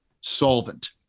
solvent